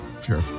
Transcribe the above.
Sure